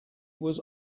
was